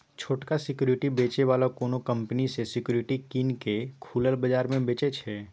छोटका सिक्युरिटी बेचै बला कोनो कंपनी सँ सिक्युरिटी कीन केँ खुलल बजार मे बेचय छै